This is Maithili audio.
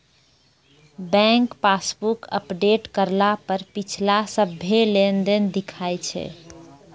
बैंक पासबुक अपडेट करला पर पिछला सभ्भे लेनदेन दिखा दैय छै